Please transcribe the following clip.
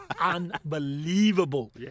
unbelievable